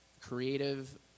creative